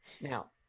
now